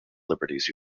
liberties